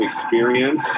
experience